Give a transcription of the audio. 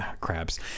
crabs